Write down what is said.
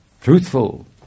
truthful